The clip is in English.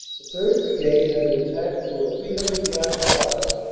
the third. brigade had to attack through a three hundred yard defile,